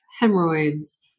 hemorrhoids